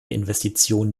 investitionen